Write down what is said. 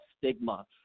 stigma